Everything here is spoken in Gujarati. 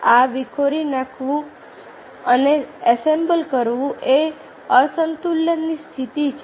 આ વિખેરી નાખવું અને એસેમ્બલ કરવું એ અસંતુલનની સ્થિતિ છે